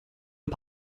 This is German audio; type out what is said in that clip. wir